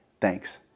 Thanks